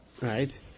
Right